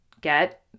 get